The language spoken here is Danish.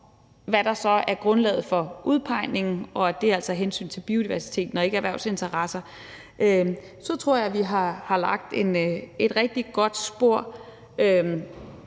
hvad der så er grundlaget for udpegningen, og at det altså er hensyn til biodiversiteten og ikke erhvervsinteresser, så tror jeg, vi har lagt et rigtig godt spor